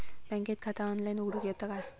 बँकेत खाता ऑनलाइन उघडूक येता काय?